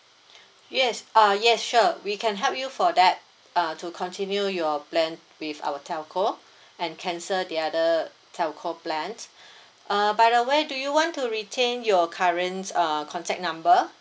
yes uh yes sure we can help you for that uh to continue your plan with our telco and cancel the other telco plans err by the way do you want to retain your current err contact number